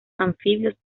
anfibios